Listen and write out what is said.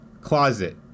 closet